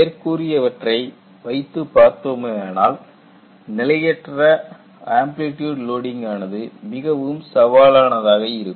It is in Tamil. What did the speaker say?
மேற்கூறியவற்றை வைத்துப் பார்த்தோமானால் நிலையற்ற ஆம்ப்லிட்யூட் லோடிங் ஆனது மிகவும் சவாலானதாக இருக்கும்